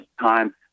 time